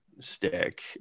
stick